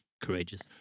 Courageous